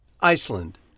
Iceland